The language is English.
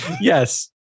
Yes